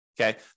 Okay